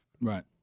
right